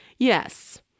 Yes